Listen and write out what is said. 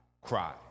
cry